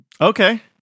Okay